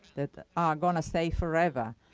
that going to stay forever.